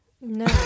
no